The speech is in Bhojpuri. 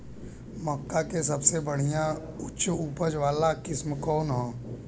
मक्का में सबसे बढ़िया उच्च उपज वाला किस्म कौन ह?